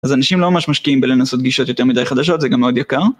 אז אנשים לא ממש משקיעים בלנסות גישות יותר מדי חדשות, זה גם מאוד יקר.